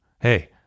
Hey